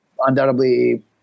Undoubtedly